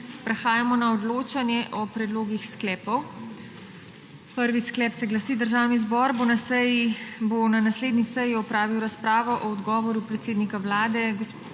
Prehajamo na odločanje o predlogih sklepov. Prvi sklep se glasi: Državni zbor na naslednji seji opravil razpravo o odgovoru predsednika Vlade